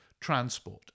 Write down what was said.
transport